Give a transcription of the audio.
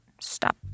Stop